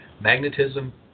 magnetism